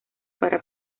para